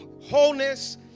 wholeness